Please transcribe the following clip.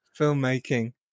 filmmaking